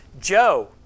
Joe